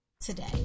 Today